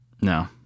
No